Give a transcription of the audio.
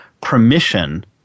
permission